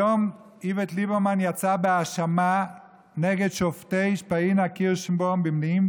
היום איווט ליברמן יצא בהאשמה נגד שופטי פאינה קירשנבאום במניעים